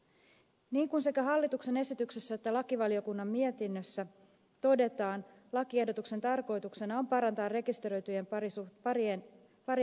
niin kuin sekä hallituksen esityksessä että lakivaliokunnan mietinnössä todetaan lakiehdotuksen tarkoituksena on parantaa rekisteröityjen parissa parien pari